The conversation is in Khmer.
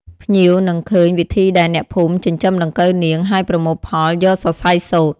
ភ្ញៀវនឹងឃើញវិធីដែលអ្នកភូមិចិញ្ចឹមដង្កូវនាង ហើយប្រមូលផលយកសរសៃសូត្រ។